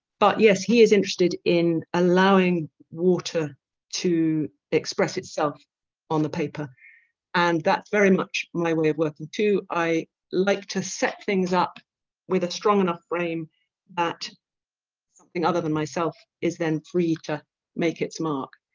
but yes he is interested in allowing water to express itself on the paper and that's very much my way of working too. i like to set things up with a strong enough frame that something other than myself is then free to make its mark.